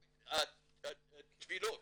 גם התפילות